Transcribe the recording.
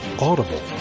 Audible